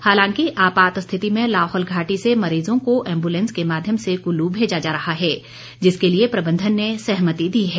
हालांकि आपात स्थिति में लाहौल घाटी से मरीज़ों को एंबुलेंस के माध्यम से कुल्लू भेजा जा रहा है जिसके लिए प्रबंधन ने सहमति दी है